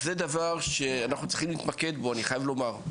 זה דבר שאנחנו צריכים להתמקד בו, אני חייב לומר.